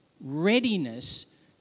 readiness